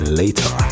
later